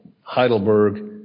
Heidelberg